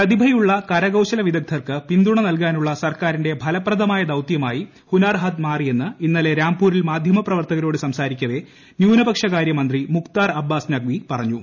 പ്രതിഭയുള്ളൂ കരകൌശലവിദഗ്ദ്ധർക്ക് പിന്തുണ നൽകാനുള്ള സർക്കാറിന്റെ ഫലപ്രദമായ ദൌത്യമായി ഹുനാർ ഹാത്ത് മാറിയെന്ന് ഇന്നലെ റാംപൂരിൽ മാധ്യമപ്രവർത്തകരോട് സംസാരിക്കവേ ന്യൂനപക്ഷകാരൃമന്ത്രി മുഖ്താർ അബ്ബാസ് നഖ്വി പറഞ്ഞു